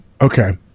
Okay